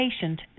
patient